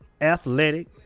athletic